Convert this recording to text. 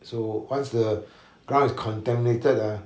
so once the ground is contaminated ah